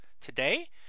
today